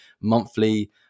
monthly